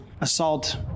assault